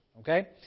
Okay